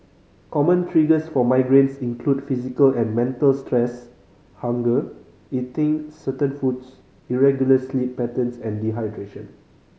common triggers for migraines include physical and mental stress hunger eating certain foods irregular sleep patterns and dehydration